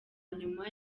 nyuma